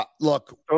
Look